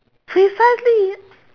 precisely